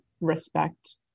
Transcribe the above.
respect